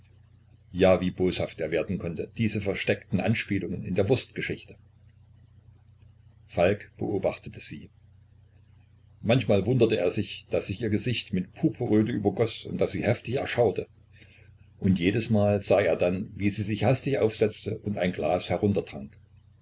ja wie boshaft er werden konnte diese versteckten anspielungen in der wurstgeschichte falk beobachtete sie manchmal wunderte er sich daß sich ihr gesicht mit purpurröte übergoß und daß sie heftig erschauerte und jedesmal sah er dann wie sie sich hastig aufsetzte und ein glas